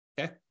Okay